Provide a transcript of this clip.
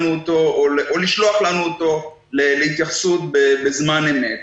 אותו או לשלוח לנו אותו להתייחסות בזמן אמת.